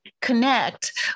connect